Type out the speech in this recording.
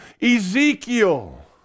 Ezekiel